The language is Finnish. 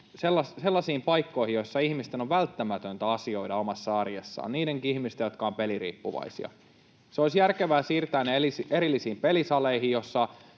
sellaisiin paikkoihin, joissa ihmisten on välttämätöntä asioida omassa arjessaan, niidenkin ihmisten, jotka ovat peliriippuvaisia. Olisi järkevää siirtää ne erillisiin pelisaleihin,